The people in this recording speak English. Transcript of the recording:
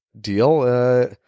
deal